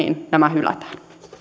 hylätään